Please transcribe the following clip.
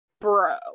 bro